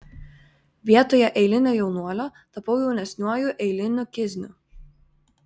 vietoje eilinio jaunuolio tapau jaunesniuoju eiliniu kizniu